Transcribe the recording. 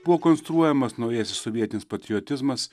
buvo konstruojamas naujasis sovietinis patriotizmas